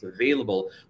available